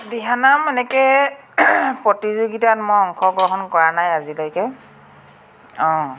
দিহানাম এনেকৈ প্ৰতিযোগীতা অংশগ্ৰহণ কৰা নাই মই আজিলৈকে অঁ